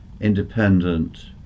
independent